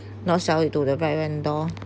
not sell it to the bad vendor